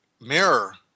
mirror